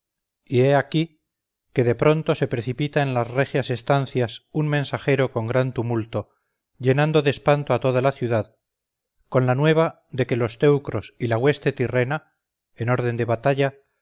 y he aquí que de pronto se precipita en las regias estancias un mensajero con gran tumulto llenando de espanto a toda la ciudad con la nueva de que los teucros y la hueste tirrena en orden de batalla